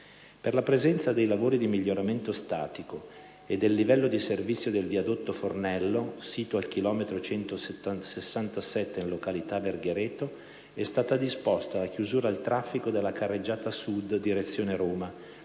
Per la presenza di lavori di miglioramento statico e del livello di servizio del viadotto Fornello, sito al chilometro 167+800 (località Verghereto), è stata disposta la chiusura al traffico della carreggiata Sud (direzione Roma)